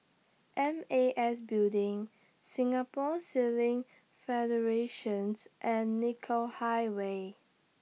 M A S Building Singapore Sailing Federation and Nicoll Highway